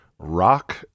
Rock